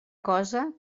cosa